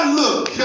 look